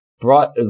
brought